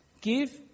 give